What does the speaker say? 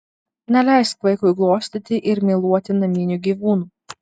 neleisk vaikui glostyti ir myluoti naminių gyvūnų